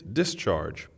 discharge